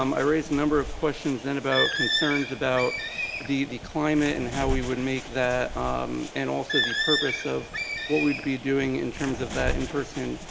um i raised a number of questions then about concerns about the the climate and how we would make that and also the purpose of what we'd be doing in terms of that in person